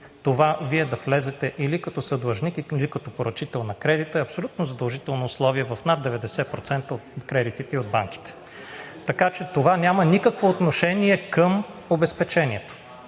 това Вие да влезете или като съдлъжник, или като поръчител на кредита е абсолютно задължително условие в над 90% от кредитите и от банките. Така че това няма никакво отношение към обезпечението.